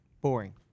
boring